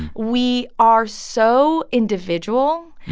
we are so individual.